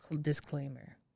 disclaimer